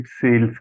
sales